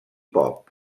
pop